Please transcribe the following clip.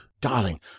Darling